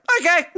okay